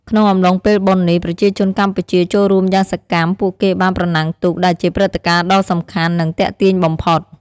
ក្នុងអំឡុងពេលបុណ្យនេះ ប្រជាជនកម្ពុជាចូលរួមយ៉ាងសកម្ម ពួកគេបាន ប្រណាំងទូក ដែលជាព្រឹត្តិការណ៍ដ៏សំខាន់ និងទាក់ទាញបំផុត។